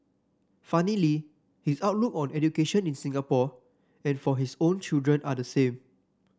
funnily his outlook on education in Singapore and for his own children are the same